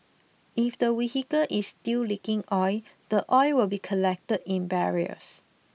if the vehicle is still leaking oil the oil will be collected in barrels